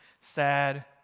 Sad